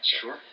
Sure